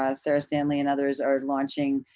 ah sarah stanley and others are launching,